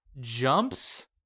jumps